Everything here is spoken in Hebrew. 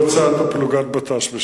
והפיגועים בפועל במגמת עלייה?